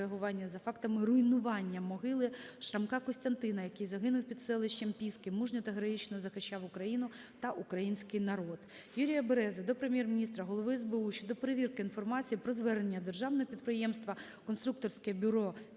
за фактами руйнування могили Шрамка Костянтина, який загинув під селищем Піски, мужньо та героїчно захищаючи Україну та Український народ. Юрія Берези до Прем'єр-міністра, Голови СБУ щодо перевірки інформації про звернення Державного підприємства "Конструкторське бюро